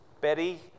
Betty